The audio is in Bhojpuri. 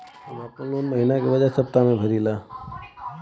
हम आपन लोन महिना के बजाय सप्ताह में भरीला